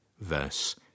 verse